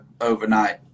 overnight